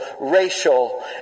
racial